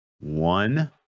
one